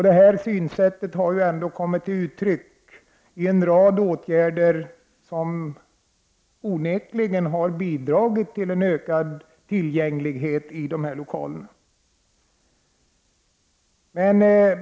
Detta synsätt har också kommit till uttryck i en rad åtgärder som onekligen har bidragit till en ökad tillgänglighet i dessa lokaler.